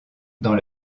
dans